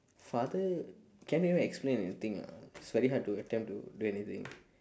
father can't even explain anything lah it's very hard to attempt to do anything